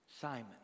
Simon